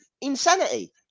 insanity